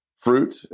Fruit